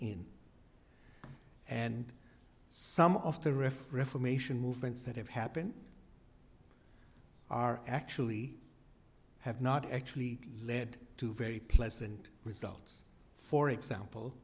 in and some of the refrain from asian movements that have happened are actually have not actually led to very pleasant results for example